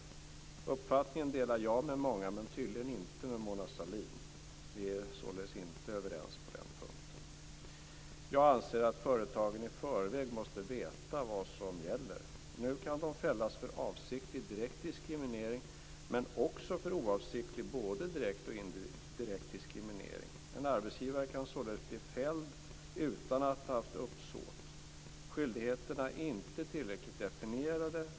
Den uppfattningen delar jag med många, men tydligen inte med Mona Sahlin. Vi är således inte överens på den punkten. Jag anser att företagen i förväg måste veta vad som gäller. Nu kan de fällas för avsiktlig direkt diskriminering, men också för oavsiktlig både direkt och indirekt diskriminering. En arbetsgivare kan således bli fälld utan att ha haft uppsåt. Skyldigheterna är inte tillräckligt definierade.